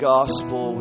Gospel